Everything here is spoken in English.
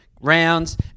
rounds